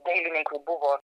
dailininkui buvo